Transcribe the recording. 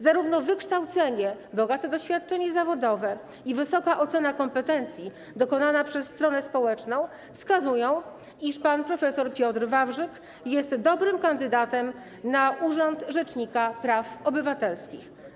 Zarówno wykształcenie, bogate doświadczenie zawodowe, jak i wysoka ocena kompetencji dokonana przez stronę społeczną wskazują, iż pan prof. Piotr Wawrzyk jest dobrym kandydatem na urząd rzecznika praw obywatelskich.